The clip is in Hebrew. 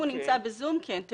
אם הוא נמצא ב"זום", כן.